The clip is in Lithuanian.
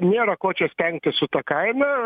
nėra ko čia stengtis su ta kaina